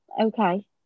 okay